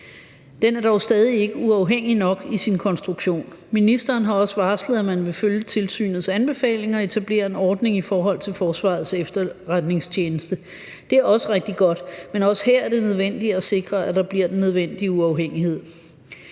Den er dog stadig ikke uafhængig nok i sin konstruktion. Ministeren har også varslet, at man vil følge tilsynets anbefalinger og etablere en ordning i forhold til Forsvarets Efterretningstjeneste. Det er også rigtig godt, men også her er det nødvendigt at sikre, at der bliver den nødvendige uafhængighed.